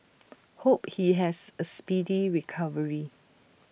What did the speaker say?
hope he has A speedy recovery